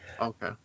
Okay